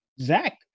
Zach